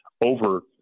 over